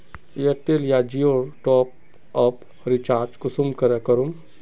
Airtel या जियोर top आप रिचार्ज कुंसम करे करूम?